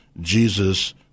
Jesus